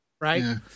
right